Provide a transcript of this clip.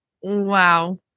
Wow